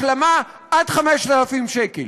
השלמה עד 5,000 שקל.